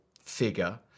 figure